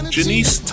Janice